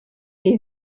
est